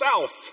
south